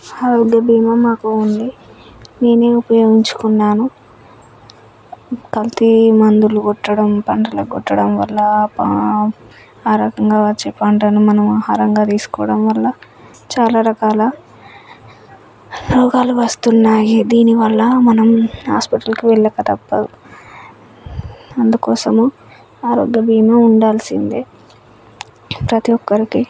ఆరోగ్య బీమా మాకు ఉంది నేనే ఉపయోగించుకున్నాను కల్తీ మందులు కొట్టడం పంటలకు కొట్టడం వల్ల ఆరోగ్యంగా వచ్చే పంటను మనం ఆహారంగా తీసుకోవడం వల్ల చాలా రకాల రోగాలు వస్తున్నాయి దీనివల్ల మనం హాస్పిటల్కి వెళ్ళక తప్పదు అందుకోసము ఆరోగ్య బీమా ఉండాల్సిందే ప్రతి ఒక్కరికి